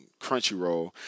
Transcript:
Crunchyroll